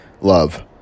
love